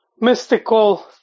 mystical